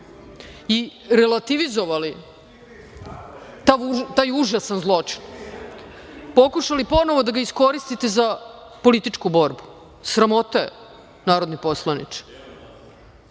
i relativizovali taj užasan zločin. Pokušali ponovo da ga iskoristite za političku borbu. Sramota je, narodni poslaniče. Replika,